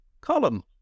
Column